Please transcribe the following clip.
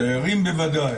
תיירים בוודאי.